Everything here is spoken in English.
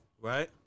Right